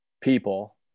people